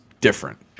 different